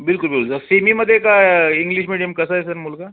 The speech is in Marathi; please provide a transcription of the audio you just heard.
बिल्कुल बिल्कुल सेमीमध्ये आहे का इंग्लिश मीडियम कसं आहे सर मुलगा